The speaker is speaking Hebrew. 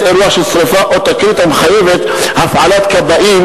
אירוע של שרפה או תקרית המחייבת הפעלת כבאים,